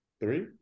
Three